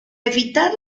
evitar